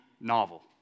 Novel